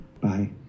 Bye